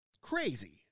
Crazy